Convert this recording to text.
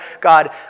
God